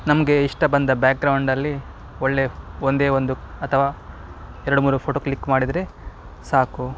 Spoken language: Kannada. ನಮಗೆ ಇಷ್ಟ ಬಂದ ಬ್ಯಾಕ್ಗ್ರೌಂಡಲ್ಲಿ ಒಳ್ಳೆಯ ಒಂದೇ ಒಂದು ಅಥವಾ ಎರಡು ಮೂರು ಫೋಟೋ ಕ್ಲಿಕ್ ಮಾಡಿದರೆ ಸಾಕು